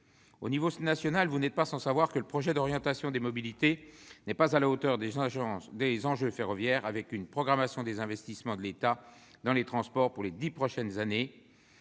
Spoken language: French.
Au niveau national, vous n'êtes pas sans savoir que la loi d'orientation des mobilités n'est pas à la hauteur des enjeux ferroviaires, en raison d'une programmation au rabais des investissements de l'État dans les transports pour les dix prochaines années